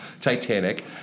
Titanic